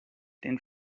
den